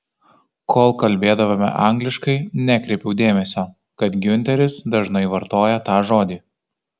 kol kalbėdavome angliškai nekreipiau dėmesio kad giunteris dažnai vartoja tą žodį